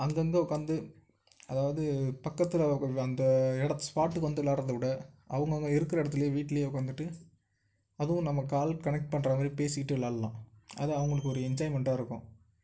அங்கங்கே உட்க்காந்து அதாவது பக்கத்தில் அந்த எடத் ஸ்பாட்டுக்கு வந்து விளாட்றத விட அவங்கவுங்க இருக்கிற இடத்துலே வீட்டிலே உக்காந்துட்டு அதுவும் நம்ம கால் கனக்ட் பண்ணுற மாதிரி பேசிகிட்டு விளாட்லாம் அது அவங்களுக்கு ஒரு என்ஜாயிமெண்ட்டாக இருக்கும்